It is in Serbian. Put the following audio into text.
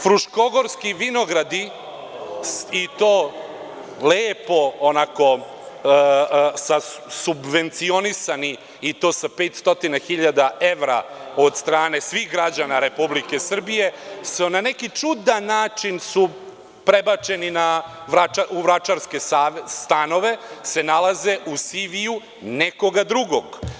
Fruškogorski vinogradi i to lepo onako sa subvencionisani i to sa 500.000 evra od strane svih građana Republike Srbije su na neki čudan način prebačeni u Vračarske stanove, se nalaze u CV nekoga drugog.